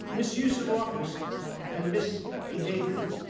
misuse of office and misbehavior.